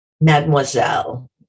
Mademoiselle